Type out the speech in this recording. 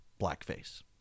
Blackface